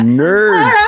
nerds